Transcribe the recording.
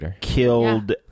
killed